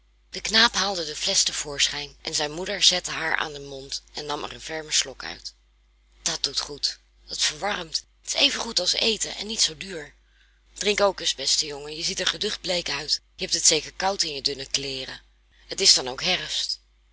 de knaap haalde de flesch te voorschijn en zijn moeder zette haar aan den mond en nam er een fermen slok uit dat doet goed dat verwarmt dat is even goed als warm eten en niet zoo duur drink ook eens beste jongen je ziet er geducht bleek uit je hebt het zeker koud in je dunne kleeren het is dan ook herfst